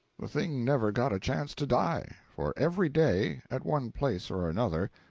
the thing never got a chance to die, for every day, at one place or another,